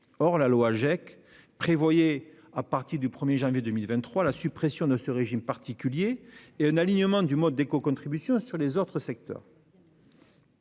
Or la loi Agec tendait, à partir du 1 janvier 2023, à la suppression de ce régime particulier et à un alignement du mode d'écocontribution sur les autres secteurs.